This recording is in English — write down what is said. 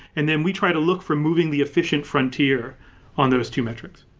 and then we try to look for moving the efficient frontier on those two metrics.